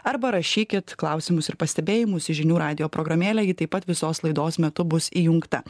arba rašykit klausimus ir pastebėjimus į žinių radijo programėlę ji taip pat visos laidos metu bus įjungta